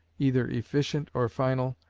either efficient or final,